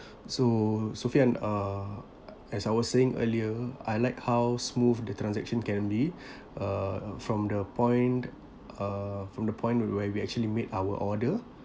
so sophian uh as I was saying earlier I like how smooth the transaction can be uh from the point uh from the point where we actually made our order